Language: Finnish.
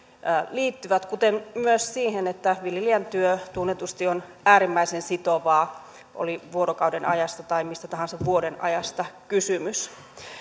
liittyvät kuten myös siihen että viljelijän työ tunnetusti on äärimmäisen sitovaa oli vuorokaudenajasta tai mistä tahansa vuodenajasta kysymys